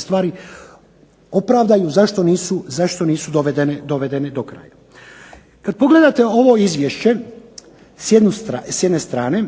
stvari opravdaju zašto nisu dovedene do kraja. Kad pogledate ovo Izvješće s jedne strane,